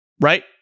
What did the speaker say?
right